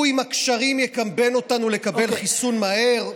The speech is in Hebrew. הוא, עם הקשרים, יקמבן אותנו לקבל חיסון מהר.